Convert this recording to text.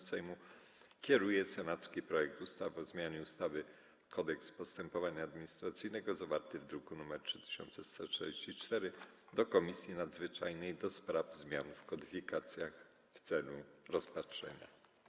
Sejmu kieruje senacki projekt ustawy o zmianie ustawy Kodeks postępowania administracyjnego zawarty w druku nr 3144 do Komisji Nadzwyczajnej do spraw zmian w kodyfikacjach w celu rozpatrzenia.